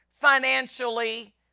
financially